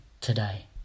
today